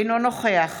אינו נוכח